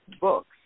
books